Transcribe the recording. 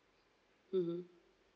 mmhmm